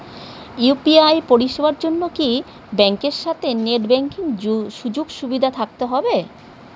UPI পরিষেবার জন্য কি ব্যাংকের সাথে নেট ব্যাঙ্কিং সুযোগ সুবিধা থাকতে হবে?